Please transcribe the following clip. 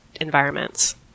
environments